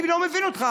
אני לא מבין אותך.